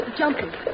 jumping